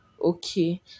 okay